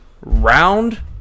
Round